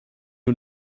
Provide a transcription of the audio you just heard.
nur